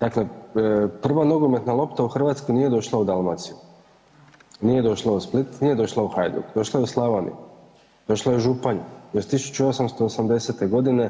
Dakle, prva nogometna lopta u Hrvatsku nije došla u Dalmaciju, nije došla u Split, nije došla u Hajduk, došla je u Slavoniju, došla je u Županju još 1880.g.